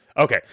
Okay